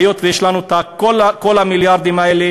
היות שיש לנו את כל המיליארדים האלה